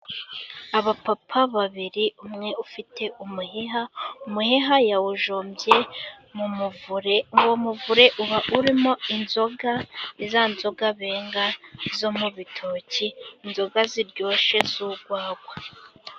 Abapapa babiri, umwe ufite umuheha. Umuheha yawujombye mu muvure. Uwo muvure uba urimo inzoga ni za nzoga benga zo mu bitoki, inzoga ziryoshye z'urwagwa.